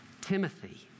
Timothy